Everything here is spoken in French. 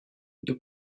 nous